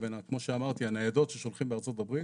כמו שאמרתי, הניידות ששולחים בארצות הברית